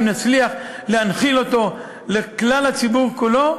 אם נצליח להנחיל אותו לכלל הציבור כולו,